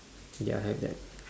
ya I have that